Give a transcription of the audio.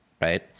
right